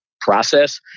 process